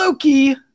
Loki